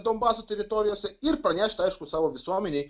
donbaso teritorijose ir pranešti aišku savo visuomenei